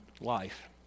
life